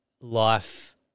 life